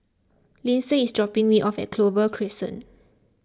Linsey is dropping me off at Clover Crescent